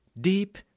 Deep